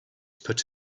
put